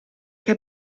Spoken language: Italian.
che